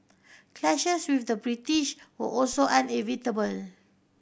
clashes with the British were also